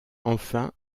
enfin